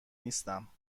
نیستم